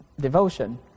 devotion